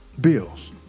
bills